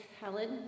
Helen